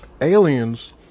Aliens